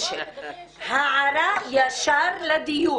הערה ישר לדיון.